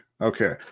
Okay